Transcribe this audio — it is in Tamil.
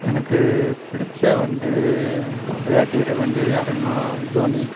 எனக்கு பிடித்த வந்து விளையாட்டு வீரர் வந்து யாருன்னா தோனி